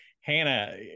Hannah